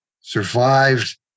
survived